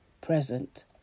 present